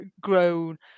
grown